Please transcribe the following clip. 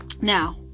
Now